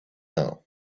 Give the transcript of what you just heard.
now